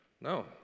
No